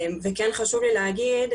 וכן חשוב לי להגיד,